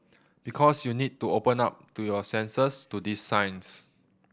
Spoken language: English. because you need to open up to your senses to these signs